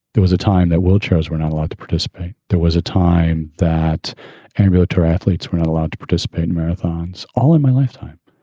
there was a time that wheelchairs were not allowed to participate. there was a time that ambulatory athletes were not allowed to participate in marathons all in my lifetime.